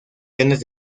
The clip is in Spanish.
grandes